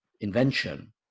invention